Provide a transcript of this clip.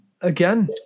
again